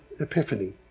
Epiphany